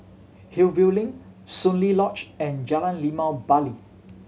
Hillview Link Soon Lee Lodge and Jalan Limau Bali